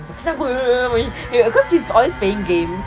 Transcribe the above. kenapa main kenapa cause he's always playing game